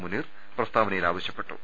മുനീർ പ്രസ്താവനയിൽ ആവശ്യപ്പെട്ടു